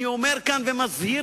אני אומר כאן, ומזהיר